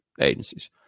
agencies